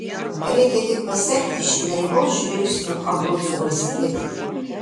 reikia tik pasekti šį naivaus žvilgsnio abrucų valstietį